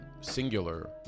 singular